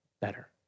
better